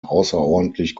außerordentlich